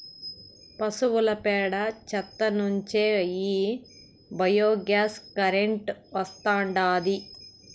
పశువుల పేడ చెత్త నుంచే ఈ బయోగ్యాస్ కరెంటు వస్తాండాది